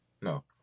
no